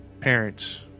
parents